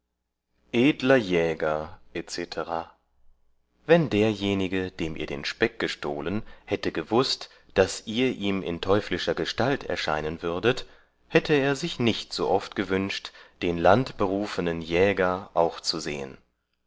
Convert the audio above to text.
edler jäger etc wann derjenige dem ihr den speck gestohlen hätte gewußt daß ihr ihm in teuflischer gestalt erscheinen würdet hätte er sich nicht so oft gewünscht den landberufenen jäger auch zu sehen